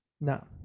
No